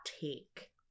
take